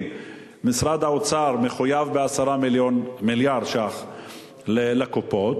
משרד האוצר מחויב ב-10 מיליארד שקלים לקופות,